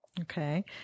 Okay